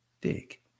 dig